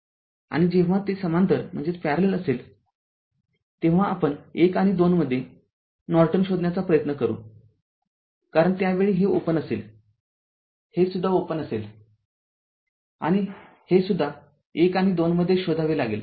आणिजेव्हा ते समांतर असेलजेव्हा आपण एक आणि दोनमध्ये नॉर्टन शोधण्याचा प्रयत्न करूकारण त्यावेळी हे ओपन असेलहे सुद्धा ओपन असेलआणि हे सुद्धा १ आणि २ मध्ये शोधावे लागेल